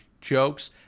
jokes